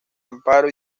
amparo